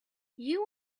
you